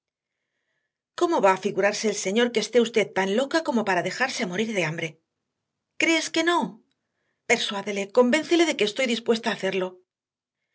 cómo va a figurarse el señor que esté usted tan loca como para dejarse morir de hambre crees que no persuádele convéncele de que estoy dispuesta a hacerlo